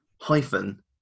hyphen